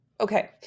Okay